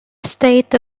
state